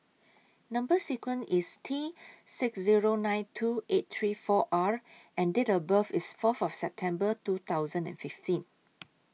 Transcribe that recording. Number sequence IS T six Zero nine two eight three four R and Date of birth IS Fourth of September two thousand and fifteen